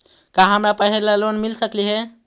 का हमरा पढ़े ल लोन मिल सकले हे?